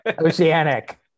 Oceanic